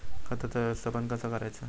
खताचा व्यवस्थापन कसा करायचा?